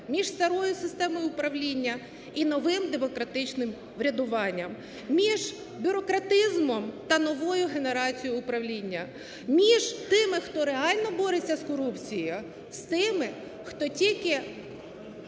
між старою системою управління і новим демократичним врядуванням, між бюрократизмом та новою генерацією управління, між тими, хто реально бореться з корупцією, з тими, хто тільки